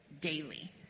daily